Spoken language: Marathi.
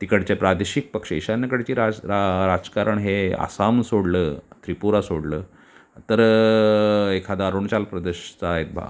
तिकडचे प्रादेशिक पक्ष ईशान्येकडची राज राजकारण हे आसाम सोडलं त्रिपुरा सोडलं तर एखादा अरुणाचल प्रदेशचा एक भाग